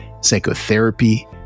psychotherapy